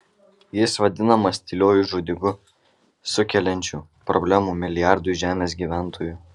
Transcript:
jis vadinamas tyliuoju žudiku sukeliančiu problemų milijardui žemės gyventojų